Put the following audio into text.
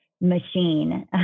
machine